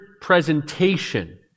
presentation